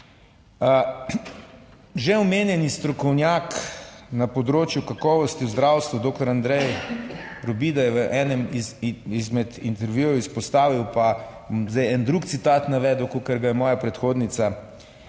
Že omenjeni strokovnjak na področju kakovosti v zdravstvu, doktor Andrej Robida, je v enem izmed intervjujev izpostavil, pa bom zdaj en drug citat navedel kakor ga je moja predhodnica: